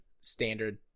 standard